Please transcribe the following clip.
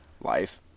life